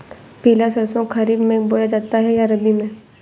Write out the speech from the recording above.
पिला सरसो खरीफ में बोया जाता है या रबी में?